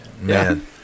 man